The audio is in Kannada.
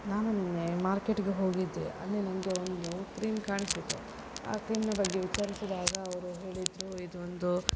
ನಾನು ನಿನ್ನೆ ಮಾರ್ಕೆಟಿಗೆ ಹೋಗಿದ್ದೆ ಅಲ್ಲಿ ನನಗೆ ಒಂದು ಕ್ರೀಮ್ ಕಾಣಿಸಿತು ಆ ಕ್ರೀಮ್ನ ಬಗ್ಗೆ ವಿಚಾರಿಸಿದಾಗ ಅವರು ಹೇಳಿದರು ಇದು ಒಂದು